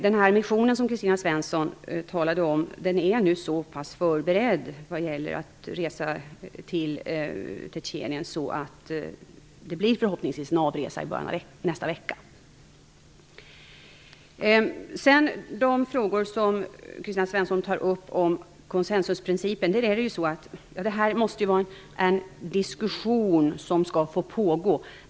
Den mission som Kristina Svensson talade om är så pass förberedd när det gäller att resa till Tjetjenien att avresan förhoppningvis blir i början av nästa vecka. Vad gäller de frågor som Kristina Svensson tar upp om konsensusprincipen är det ju så att diskussionen bör få pågå.